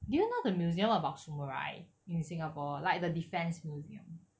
do you know the museum about samurai in singapore like the defence museum